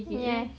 ya